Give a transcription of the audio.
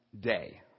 day